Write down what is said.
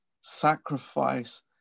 Sacrifice